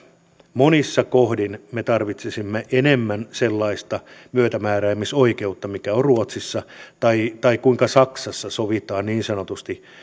monissa kohdin me tarvitsisimme enemmän sellaista myötämääräämisoikeutta mikä on ruotsissa tai sitä kuinka saksassa sovitaan niin sanotusti